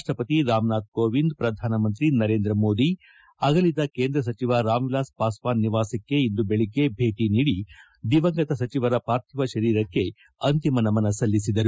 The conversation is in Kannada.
ರಾಷ್ಟಪತಿ ರಾಮನಾಥ್ ಕೋವಿಂದ್ ಪ್ರಧಾನಮಂತ್ರಿ ನರೇಂದ್ರ ಮೋದಿ ಅಗಲಿದ ಕೇಂದ್ರ ಸಚಿವ ರಾಮ್ ವಿಲಾಸ್ ಪಾಸ್ವಾನ್ ನಿವಾಸಕ್ಕೆ ಇಂದು ಬೆಳಗ್ಗೆ ಭೇಟಿ ನೀಡಿ ದಿವಂಗತ ಸಚಿವರ ಪಾರ್ಥಿವ ಶರೀರಕ್ಕೆ ಅಂತಿಮ ನಮನ ಸಲ್ಲಿಸಿದರು